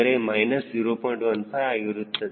15 ಆಗಿರುತ್ತದೆ